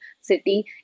city